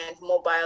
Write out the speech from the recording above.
mobile